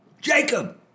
Jacob